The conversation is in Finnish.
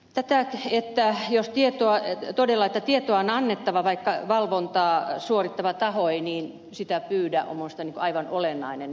tätä sietää hyvin tietoa ei tämä että tietoa on annettava vaikka valvontaa suorittava taho ei sitä pyydä on minusta aivan olennaista